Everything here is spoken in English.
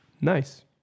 Nice